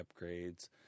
upgrades